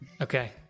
Okay